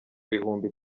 ibihumbi